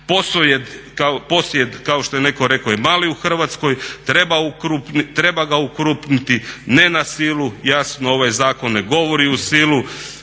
Posjed kao što je netko rekao je mali u Hrvatskoj, treba ga okrupniti, ne na silu. Jasno, ovaj zakon ne govori o sili.